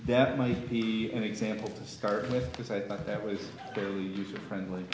that might be an example to start with because i thought that was fairly user friendly